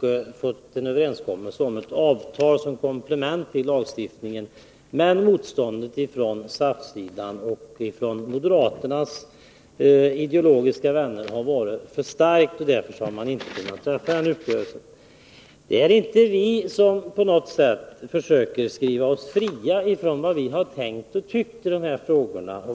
träffa en överenskommelse om avtal som komplement till lagstiftningen. Men motståndet från SAF och moderaternas ideologiska vänner har varit för starkt, och därför har en uppgörelse inte kunnat träffas. Vi försöker inte skriva oss fria från vad vi alltid har tyckt i dessa frågor.